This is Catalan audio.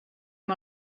amb